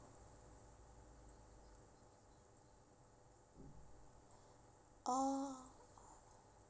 orh